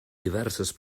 diverses